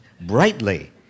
brightly